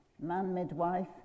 man-midwife